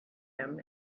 him